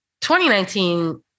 2019